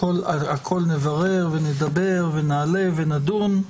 הכול נברר ונעלה ונדון.